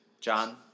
John